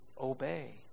obey